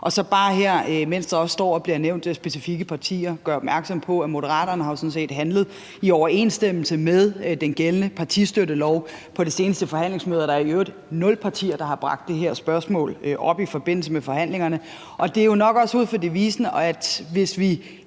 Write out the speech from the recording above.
Og så må jeg bare, når man nu står og nævner specifikke partier, gøre opmærksom på, at Moderaterne jo sådan set har handlet i overensstemmelse med den gældende partistøttelov. På det seneste forhandlingsmøde er der i øvrigt nul partier, der har bragt det her spørgsmål op i forbindelse med forhandlingerne, og det er jo nok også ud fra devisen, at hvis vi